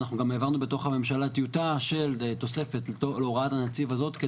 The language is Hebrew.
אנחנו גם העברנו בתוך הממשלה טיוטה של תוספת להוראת הנציב הזאת,